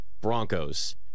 Broncos